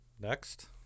Next